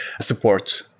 support